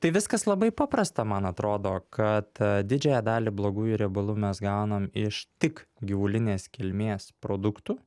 tai viskas labai paprasta man atrodo kad didžiąją dalį blogųjų riebalų mes gaunam iš tik gyvulinės kilmės produktų